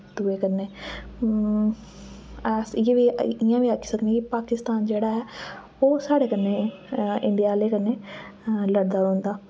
इक दुए कन्नै अस इये वी इयां वी आक्खी सकने कि पाकिस्तान जेह्ड़ा ऐ ओह् साढ़े कन्नै इंडिया आह्लें कन्नै लड़दा रौंह्दा